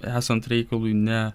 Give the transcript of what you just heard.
esant reikalui ne